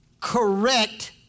correct